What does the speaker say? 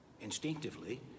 Instinctively